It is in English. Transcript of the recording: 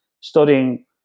studying